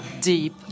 deep